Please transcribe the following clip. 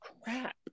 crap